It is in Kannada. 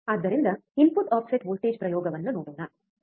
ಆದ್ದರಿಂದ ಇನ್ಪುಟ್ ಆಫ್ಸೆಟ್ ವೋಲ್ಟೇಜ್ ಪ್ರಯೋಗವನ್ನು ನೋಡೋಣ